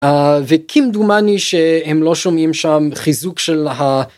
וכמדומני שהם לא שומעים שם חיזוק של.